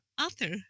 Author